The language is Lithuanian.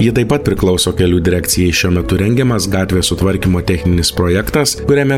ji taip pat priklauso kelių direkcijai šiuo metu rengiamas gatvės sutvarkymo techninis projektas kuriame